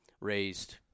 raised